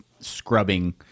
scrubbing